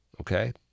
Okay